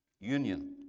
union